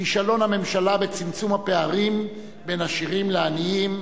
כישלון הממשלה בצמצום הפערים בין עשירים לעניים.